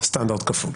סטנדרט כפול.